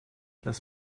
lass